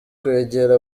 kwegera